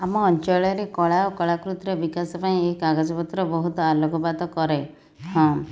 ଆମ ଅଞ୍ଚଳରେ କଳା ଓ କଳାକୃତିର ବିକାଶ ପାଇଁ ଏହି କାଗଜପତ୍ର ବହୁତ ଆଲୋକପାତ କରେ ହଁ